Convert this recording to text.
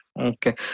Okay